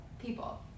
people